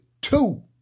two